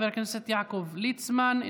חבר הכנסת יעקב ליצמן,